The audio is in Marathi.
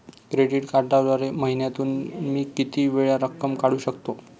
क्रेडिट कार्डद्वारे महिन्यातून मी किती वेळा रक्कम काढू शकतो?